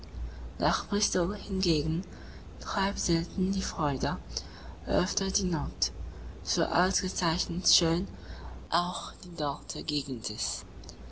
nach bristol hingegen treibt selten die freude öfter die not so ausgezeichnet schön auch die dortige gegend